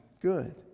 good